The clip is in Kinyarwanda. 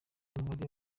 umubare